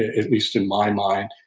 at least in my mind,